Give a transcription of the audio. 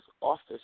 office